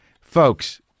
folks